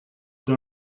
dans